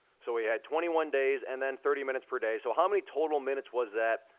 so we had twenty one days and then thirty minutes per day. so how many total minutes was that,